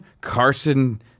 Carson